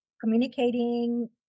communicating